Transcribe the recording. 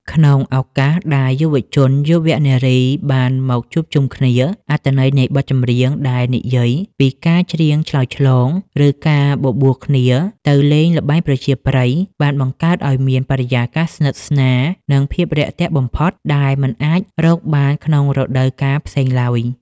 ក្នុងឱកាសដែលយុវជនយុវនារីបានមកជួបជុំគ្នា អត្ថន័យនៃបទចម្រៀងដែលនិយាយពីការច្រៀងឆ្លើយឆ្លង ឬការបបួលគ្នាទៅលេងល្បែងប្រជាប្រិយ បានបង្កើតឱ្យមានបរិយាកាសស្និទ្ធស្នាល និងភាពរាក់ទាក់បំផុតដែលមិនអាចរកបានក្នុងរដូវកាលផ្សេងឡើយ។